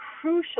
crucial